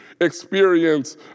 experience